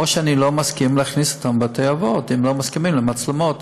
או שאני לא מסכים להכניס אותם לבתי-אבות אם לא מסכימים למצלמות.